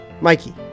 Mikey